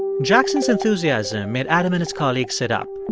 jackson's enthusiasm made adam and his colleagues sit up.